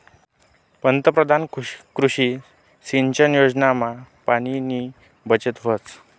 पंतपरधान कृषी सिंचन योजनामा पाणीनी बचत व्हस